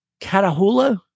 Catahoula